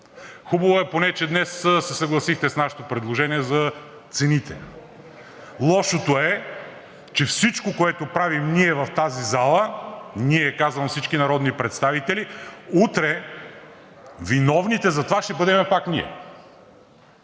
Хубаво е поне, че днес се съгласихте с нашето предложение за цените. Лошото е, че всичко, което правим ние в тази зала, ние – казвам всички народни представители, утре виновните за това ще бъдем пак ние.